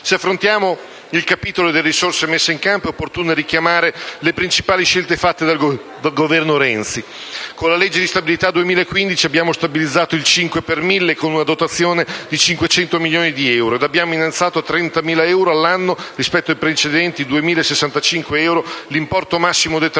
Se affrontiamo il capitolo delle risorse messe in campo, è opportuno richiamare le principale scelte fatte dal Governo Renzi. Con la legge di stabilità 2015 abbiamo stabilizzato il 5 per mille con una dotazione di 500 milioni di euro ed abbiamo innalzato a 30.000 euro all'anno (rispetto ai precedenti 2.065 euro) l'importo massimo detraibile